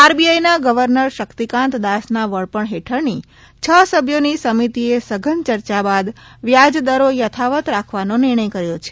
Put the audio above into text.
આરબીઆઈના governor Shaktikanta દાસના વડપણ હેઠળની છ સભ્યોની સમિતી સઘન ચર્ચા બાદ વ્યાજદરો યથાવત રાખવાનો નિર્ણય કર્યો છે